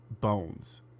Bones